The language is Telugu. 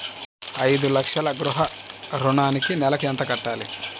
ఐదు లక్షల గృహ ఋణానికి నెలకి ఎంత కట్టాలి?